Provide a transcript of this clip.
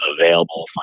available